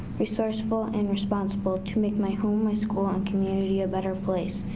resourceful and responsible to make my home, my school and community a better place.